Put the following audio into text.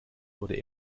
wurde